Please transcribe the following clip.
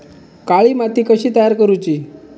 काळी माती कशी तयार करूची?